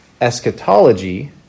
eschatology